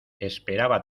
esperaba